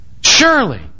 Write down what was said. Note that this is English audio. Surely